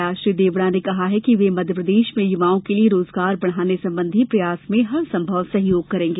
इस दौरान श्री देवड़ा ने कहा कि वे मध्यप्रदेश में युवाओं के लिये रोजगार बढ़ाने संबंधी प्रयास में हर संभव सहयोग करेंगे